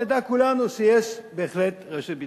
נדע כולנו שיש בהחלט רשת ביטחון.